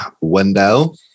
Wendell